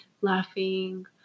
laughing